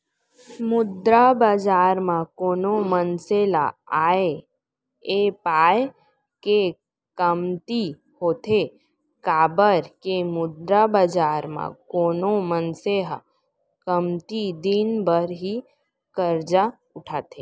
मुद्रा बजार म कोनो मनसे ल आय ऐ पाय के कमती होथे काबर के मुद्रा बजार म कोनो मनसे ह कमती दिन बर ही करजा उठाथे